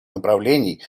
направлений